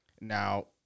Now